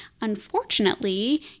unfortunately